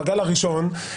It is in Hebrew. בגל הראשון,